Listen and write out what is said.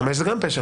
חמש זה גם פשע.